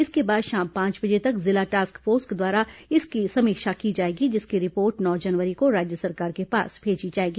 इसके बाद शाम पांच बजे तक जिला टास्क फोर्स द्वारा इसकी समीक्षा की जाएगी जिसकी रिपोर्ट नौ जनवरी को राज्य सरकार के पास भेजी जाएगी